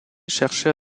cherchait